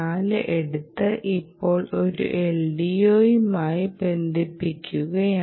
4 എടുത്ത് ഇപ്പോൾ ഒരു LDOയുമായി ബന്ധിപ്പിക്കുകയാണ്